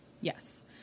Yes